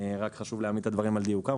חשוב להעמיד את הדברים האלה על דיוקם,